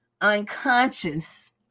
unconscious